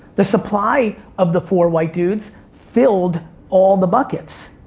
the supply of the four white dudes filled all the buckets.